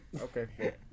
okay